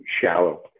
shallow